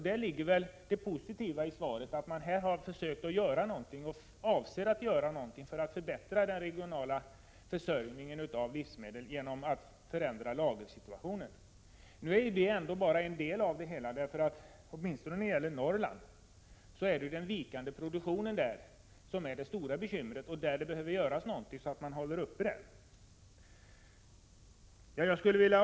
Där ligger det positiva i svaret. Här har man försökt göra något, och man avser att göra mer för att förbättra den regionala försörjningen med livsmedel genom att förändra lagersituationen. Men det är bara en del av det hela. Åtminstone när det gäller Norrland är den vikande produktionen det stora bekymret. Det är i det avseendet man behöver göra någonting, så att man håller uppe produktionen.